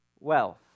wealth